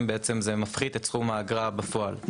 בעצם זה מפחית את סכום האגרה בפועל.